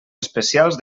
especials